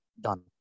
Done